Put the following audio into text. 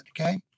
Okay